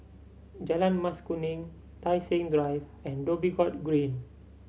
Jalan Mas Kuning Tai Seng Drive and Dhoby Ghaut Green